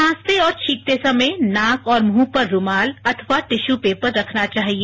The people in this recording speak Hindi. खांसते और छींकते समय नाक और मुंह पर रूमाल अथवा टिश्यू पेपर रखना चाहिए